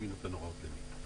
ומי נותן הוראות למי.